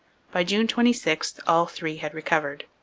by june twenty six all three had recovered.